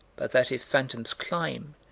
but that if phantoms climb,